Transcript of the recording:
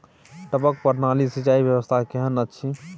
टपक प्रणाली से सिंचाई व्यवस्था केहन अछि?